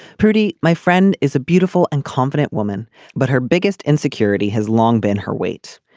prudie my friend is a beautiful and confident woman but her biggest insecurity has long been her weight.